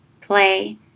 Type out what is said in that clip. play